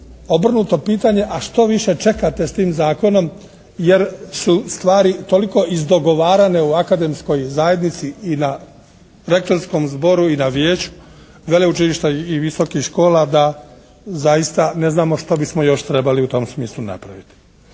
obrnuto pitanje, a što više čekate s tim zakonom? Jer su stvari toliko izdogovarane o akademskoj zajednici i na rektorskom zboru i na vijeću veleučilišta i visokih škola da zaista ne znamo što bismo još trebali u tom smislu napraviti.